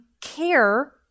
care